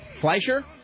Fleischer